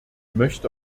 möchte